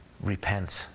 Repent